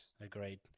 Agreed